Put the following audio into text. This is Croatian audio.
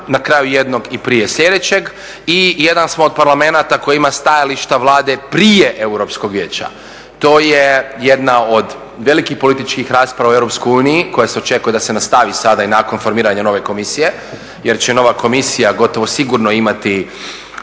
na kraju jednog i prije sljedećeg i jedan smo od Parlamenata koji ima stajališta Vlade prije Europskog vijeća. To je jedna od velikih političkih rasprava u EU koja se očekuje da se nastavi sada i nakon formiranja nove komisije jer će nova komisija gotovo sigurno imati